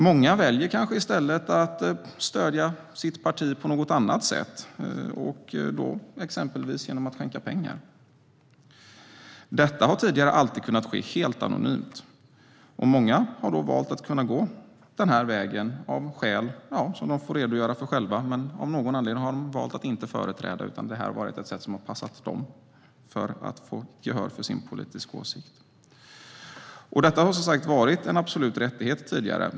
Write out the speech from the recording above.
Många väljer kanske i stället att stödja sitt parti på något annat sätt, exempelvis genom att skänka pengar. Detta har tidigare alltid kunnat ske helt anonymt. Många har nog valt att gå denna väg av skäl som de får redogöra för själva. Men av någon anledning har de valt att inte företräda ett parti, utan detta har varit ett sätt som har passat dem för att få gehör för sin politiska åsikt. Att göra detta anonymt har, som sagt, tidigare varit en absolut rättighet.